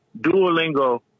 Duolingo